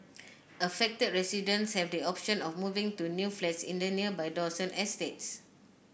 affected residents have the option of moving to new flats in the nearby Dawson estate